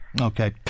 Okay